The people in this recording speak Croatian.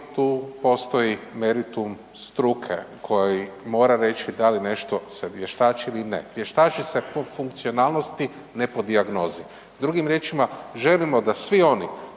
tu postoji meritum struke koji mora reći da li se nešto vještači ili ne. Vještači se po funkcionalnosti, ne po dijagnozi. Drugim riječima, želimo da svi oni